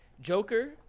Joker